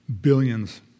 billions